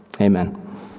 Amen